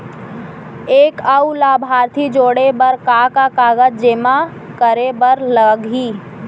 एक अऊ लाभार्थी जोड़े बर का का कागज जेमा करे बर लागही?